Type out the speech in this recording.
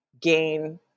gain